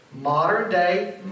modern-day